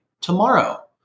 tomorrow